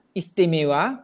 istimewa